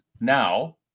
now